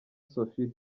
sofia